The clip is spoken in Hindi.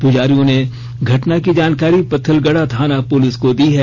पुजारियों ने घटना की जानकारी पत्थलगड़ा थाना पुलिस को दी है